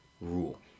rule